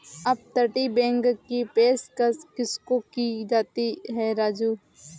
अपतटीय बैंक की पेशकश किसको की जाती है राजू?